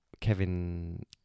Kevin